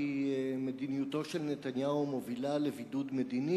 מדיניותו של נתניהו מובילה לבידוד מדיני.